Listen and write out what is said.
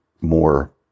more